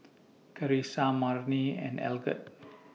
Charissa Marni and Algot